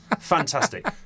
fantastic